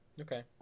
Okay